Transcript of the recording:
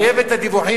היא חייבת את הדיווחים